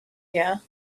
here